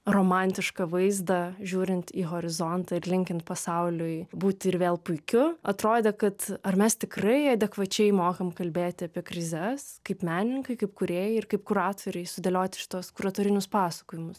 romantišką vaizdą žiūrint į horizontą ir linkint pasauliui būti ir vėl puikiu atrodė kad ar mes tikrai adekvačiai mokam kalbėti apie krizes kaip menininkai kaip kūrėjai ir kaip kuratoriai sudėlioti šituos kuratorinius pasakojimus